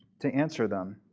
to answer them.